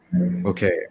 okay